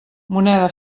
moneda